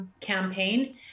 campaign